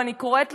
ואני קוראת לכם: